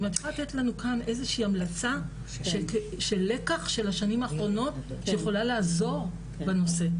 אם את יכולה לתת איזושהי המלצה של השנים האחרונות שיכולה לעזור בנושא?